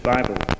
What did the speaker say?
Bible